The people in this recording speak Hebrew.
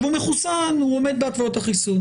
הוא מחוס והוא עומד בהתוויות החיסון.